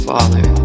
Father